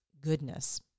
goodness